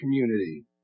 community